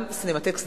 היא חדשה.